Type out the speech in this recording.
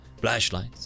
flashlights